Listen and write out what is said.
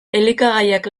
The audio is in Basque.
elikagaiak